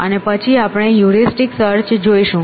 અને પછી આપણે હ્યુરિસ્ટિક સર્ચ જોઈશું